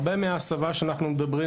הרבה מההסבה שאנחנו מדברים,